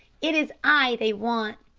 it is i they want.